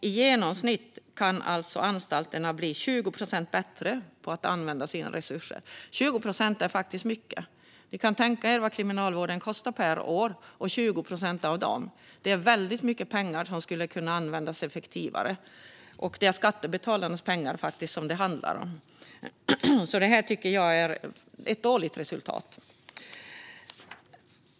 I genomsnitt kan anstalterna bli 20 procent bättre på att använda sina resurser. 20 procent är mycket. Ni kan tänka er vad kriminalvården kostar per år. 20 procent av det är väldigt mycket pengar som skulle kunna användas effektivare - och det är skattebetalarnas pengar det handlar om. Jag tycker att detta är ett dåligt resultat.